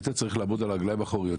היית צריך לעמוד על הרגליים האחוריות,